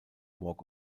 walk